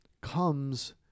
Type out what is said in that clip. comes